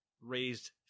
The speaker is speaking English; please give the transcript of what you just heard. raised